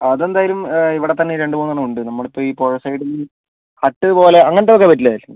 അതെന്തായാലും ഇവിടെത്തന്നെ രണ്ടുമൂന്നെണ്ണം ഉണ്ട് നമ്മളിപ്പോൾ ഈ പുഴ സൈഡിൽ ഹട്ട് പോലെ അങ്ങനത്തെയൊക്കെ പറ്റില്ലേ ലക്ഷ്മി